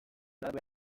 behar